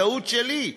טעות שלי,